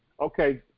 Okay